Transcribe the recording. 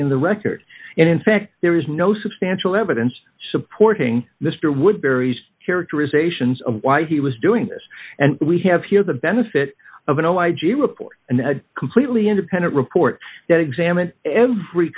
in the record and in fact there is no substantial evidence supporting mr wood berries characterizations of why he was doing this and we have here the benefit of a no i g report and completely independent report that examined every